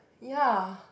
ya